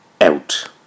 out